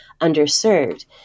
underserved